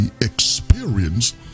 experience